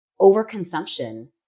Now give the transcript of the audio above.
overconsumption